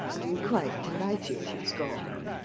i'm quite delighted he's gone!